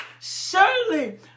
surely